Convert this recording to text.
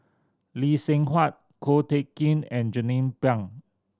Lee Seng Huat Ko Teck Kin and Jernnine Pang